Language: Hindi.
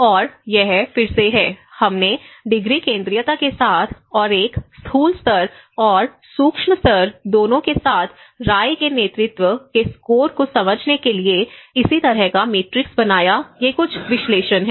और यह फिर से है हमने डिग्री केंद्रीयता के साथ और एक स्थूल स्तर और सूक्ष्म स्तर दोनों के साथ राय के नेतृत्व के स्कोर को समझने के लिए इसी तरह का मैट्रिक्स बनाया ये कुछ विश्लेषण हैं